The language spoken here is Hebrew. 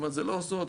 זה לא סוד.